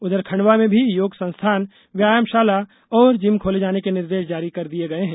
उघर खंडवा में भी योग संस्थान व्यायामशाला और जिम खोले जाने के निर्देश जारी कर दिये गये हैं